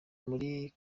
muri